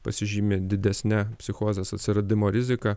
pasižymi didesne psichozės atsiradimo rizika